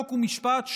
חוק ומשפט,